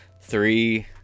three